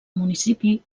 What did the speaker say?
municipi